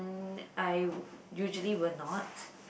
mm I usually will not